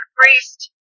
priest